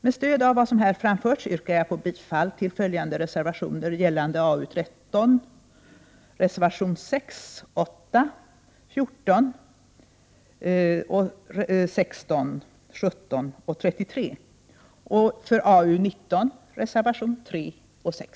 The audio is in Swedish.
Med stöd av vad som här har framförts yrkar jag beträffande AU13 bifall till reservationerna 6, 8, 14, 16, 17 och 33 samt för AUI19 bifall till reservationerna 3 och 6.